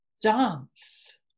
dance